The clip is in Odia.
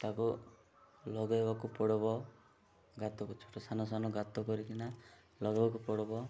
ତାକୁ ଲଗାଇବାକୁ ପଡ଼ିବ ଗାତକୁ ଛୋଟ ସାନ ସାନ ଗାତ କରିକିନା ଲଗାଇବାକୁ ପଡ଼ିବ